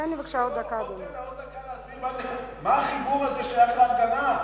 תן לה עוד דקה להסביר מה הסיפור הזה שייך להפגנה.